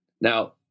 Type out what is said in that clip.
Now